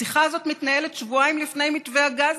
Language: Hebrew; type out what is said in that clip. השיחה הזאת מתנהלת שבועיים לפני מתווה הגז,